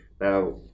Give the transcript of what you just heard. Now